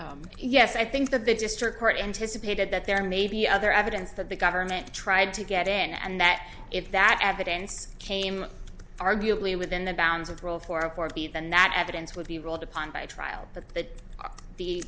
but yes i think that the district court anticipated that there may be other evidence that the government tried to get in and that if that evidence came arguably within the bounds of the rule for a party then that evidence would be ruled upon by trial but that the